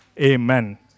Amen